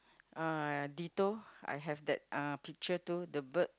uh Ditto I have that uh picture too the bird